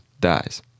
dies